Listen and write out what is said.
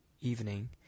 evening